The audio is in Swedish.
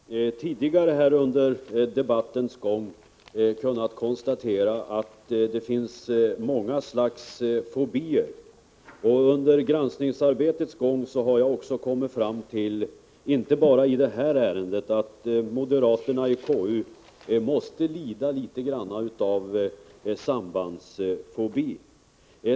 Herr talman! Vi har tidigare under debattens gång kunnat konstatera att det finns många slags fobier. Under granskningsarbetets gång — och det gäller inte bara detta ärende — har jag kommit fram till att moderaterna i konstitutionsutskottet måste lida litet grand av sambandsfobi.